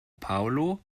paulo